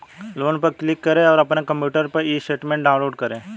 loan पर click करें और अपने कंप्यूटर पर ई स्टेटमेंट डाउनलोड करें